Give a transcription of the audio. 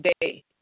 day